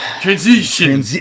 Transition